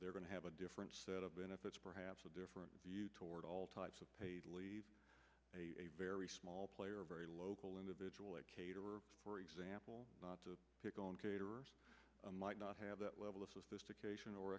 they're going to have a different set of benefits perhaps a different view toward all types of paid leave a very small player a very local individual a caterer for example not to pick on caterers might not have that level of sophistication or